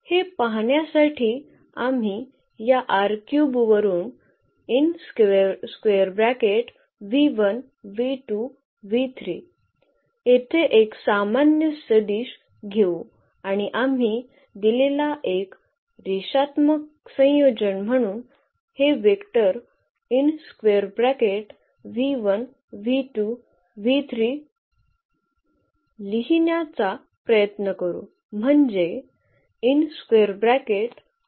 हे पाहण्यासाठी आम्ही या वरून येथे एक सामान्य सदिश घेऊ आणि आम्ही दिलेला एक रेषात्मक संयोजन म्हणून हे वेक्टर लिहिण्याचा प्रयत्न करू